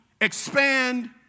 expand